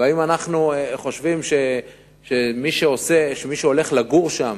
והאם אנחנו חושבים שמי שהולך לגור שם